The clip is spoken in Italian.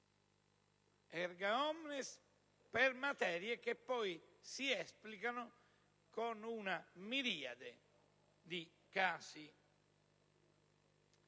*erga omnes*, per materie che poi si esplicano con una miriade di casi.